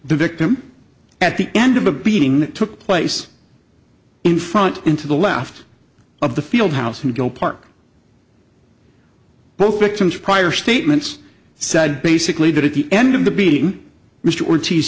the victim at the end of the beating took place in front into the left of the field house and go park both victims prior statements said basically that at the end of the beating mr or